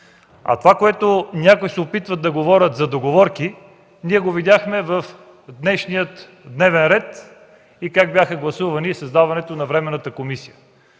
Това, което някои се опитват да говорят за договорки, го видяхме в днешния дневен ред и как бе гласувана и създадена временната комисия.